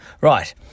Right